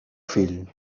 fill